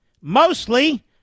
mostly